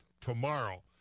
tomorrow